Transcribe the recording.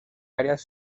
varias